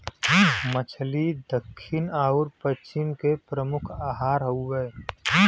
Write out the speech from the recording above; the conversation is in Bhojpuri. मछली दक्खिन आउर पश्चिम के प्रमुख आहार हउवे